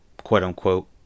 quote-unquote